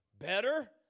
better